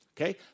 Okay